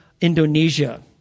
Indonesia